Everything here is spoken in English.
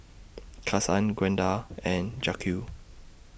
Kasen Gwenda and Jacque